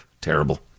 terrible